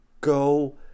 Go